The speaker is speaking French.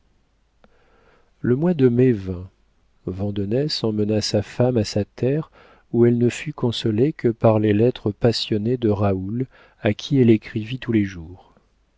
le mois de mai vint vandenesse emmena sa femme à sa terre où elle ne fut consolée que par les lettres passionnées de raoul à qui elle écrivit tous les jours